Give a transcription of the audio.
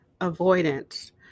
avoidance